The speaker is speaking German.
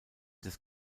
des